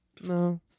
no